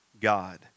God